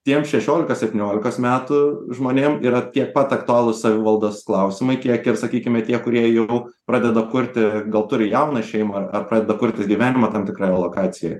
tiem šešiolikos septyniolikos metų žmonėm yra tiek pat aktualus savivaldos klausimai kiek ir sakykime tie kurie jau pradeda kurti gal turi jauną šeimą ar ar pradeda kurtis gyvenimą tam tikroje lokacijoj